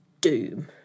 doom